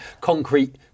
concrete